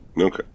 Okay